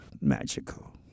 magical